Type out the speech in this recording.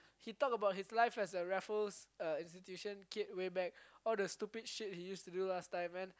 he talk about his life as a Raffles uh Institution kid way back all the stupid shit he used to do last time and